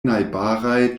najbaraj